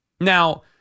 Now